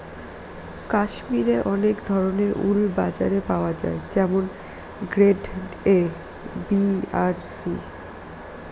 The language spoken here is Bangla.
কাশ্মিরে অনেক ধরনের উল বাজারে পাওয়া যায় যেমন গ্রেড এ, বি আর সি